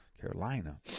Carolina